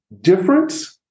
difference